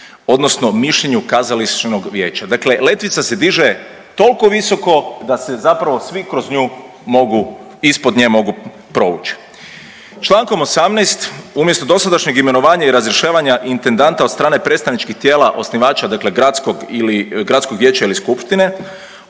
odnosno mišljenju kazališnog vijeća, dakle letvica se diže tolko visoko da se zapravo svi kroz nju mogu, ispod nje mogu provući. Čl. 18. umjesto dosadašnjeg imenovanja i razrješavanja intendanta od strane predstavničkih tijela osnivača, dakle gradskog ili, gradskog vijeća ili skupštine